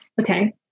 Okay